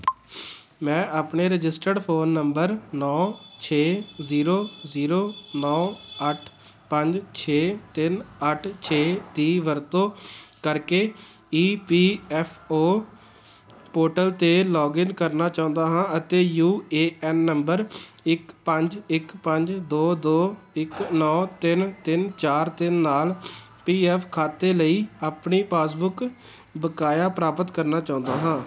ਮੈਂ ਆਪਣੇ registered phone number ਨੌ ਛੇ ਜ਼ੀਰੋ ਜ਼ੀਰੋ ਨੌ ਅੱਠ ਪੰਜ ਛੇ ਤਿੰਨ ਅੱਠ ਛੇ ਦੀ ਵਰਤੋਂ ਕਰਕੇ E P F O portal 'ਤੇ ਲੌਗਇਨ ਕਰਨਾ ਚਾਹੁੰਦਾ ਹਾਂ ਅਤੇ ਯੂ ਏ ਐਨ ਨੰਬਰ ਇੱਕ ਪੰਜ ਇੱਕ ਪੰਜ ਦੋ ਦੋ ਇੱਕ ਨੌ ਤਿੰਨ ਤਿੰਨ ਚਾਰ ਤਿੰਨ ਨਾਲ ਪੀ ਐਫ ਖਾਤੇ ਲਈ ਆਪਣੀ ਪਾਸਬੁੱਕ ਬਕਾਇਆ ਪ੍ਰਾਪਤ ਕਰਨਾ ਚਾਹੁੰਦਾ ਹਾਂ